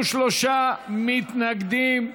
33 מתנגדים,